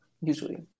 usually